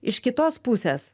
iš kitos pusės